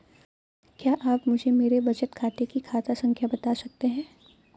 क्या आप मुझे मेरे बचत खाते की खाता संख्या बता सकते हैं?